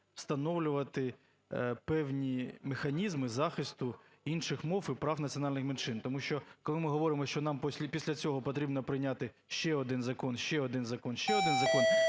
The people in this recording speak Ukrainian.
встановлювати певні механізми захисту інших мов і прав національних меншин. Тому що коли ми говоримо, що нам після цього потрібно прийняти ще один закон, ще один закон, ще один закон,